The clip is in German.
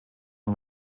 und